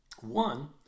One